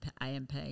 AMP